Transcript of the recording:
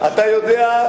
אתה יודע,